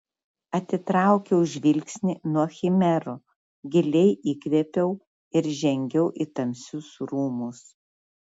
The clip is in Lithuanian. atitraukiau žvilgsnį nuo chimerų giliai įkvėpiau ir žengiau į tamsius rūmus